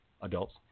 adults